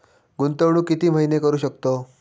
गुंतवणूक किती महिने करू शकतव?